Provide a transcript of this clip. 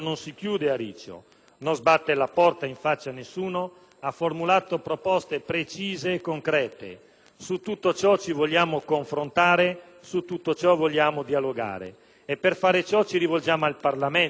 non sbatte la porta in faccia a nessuno, ha formulato proposte precise e concrete. Su tutto ciò ci vogliamo confrontare, su tutto ciò vogliamo dialogare. E per fare ciò ci rivolgiamo al Parlamento, che è sovrano.